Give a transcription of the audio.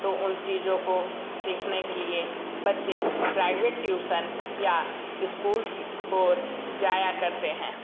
तो उन चीज़ों को सीखने के लिए बच्चे प्राइवेट ट्यूसन या इस्कूल की ओर जाया करते हैं